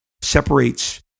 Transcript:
separates